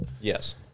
Yes